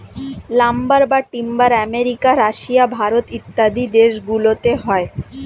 lumber বা timber America, Russia, Bharat ইত্যাদি দেশ গুলোতে হয়